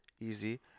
easy